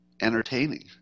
entertaining